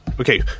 okay